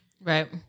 Right